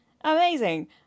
amazing